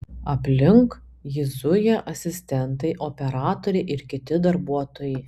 aplink jį zuja asistentai operatoriai ir kiti darbuotojai